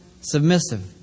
submissive